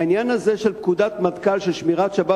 העניין הזה של פקודת מטכ"ל של שמירת שבת